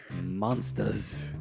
monsters